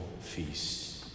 feast